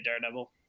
Daredevil